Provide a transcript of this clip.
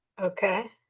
Okay